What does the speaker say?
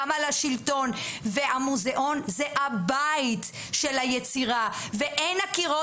גם על השילטון והמוזיאון זה הבית של היצירה ואין הקירות